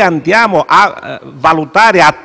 andiamo però a valutare attentamente